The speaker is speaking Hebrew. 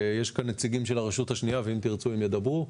יש כאן נציגים של הרשות השנייה ואם תרצו הם ידברו.